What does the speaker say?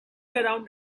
around